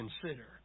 consider